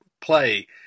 Play